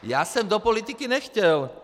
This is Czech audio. Já jsem do politiky nechtěl.